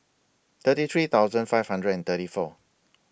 thirty three thousand five hundred and thirty four